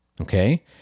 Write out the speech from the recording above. okay